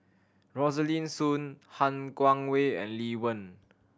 Rosaline Soon Han Guangwei and Lee Wen